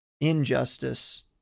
injustice